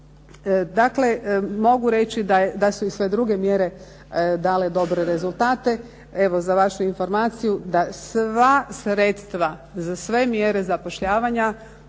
Dakle, mogu reći da su i sve druge mjere dale dobre rezultate. Evo za vašu informaciju da sva sredstva za sve mjere zapošljavanja